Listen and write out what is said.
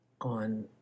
on